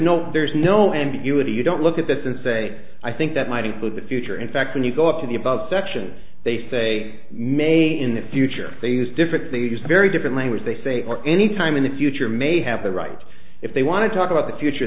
no there's no ambiguity you don't look at this and say i think that might include the future in fact when you go up to the above section they say may in the future they use different stages very different language they say or any time in the future may have a right if they want to talk about the future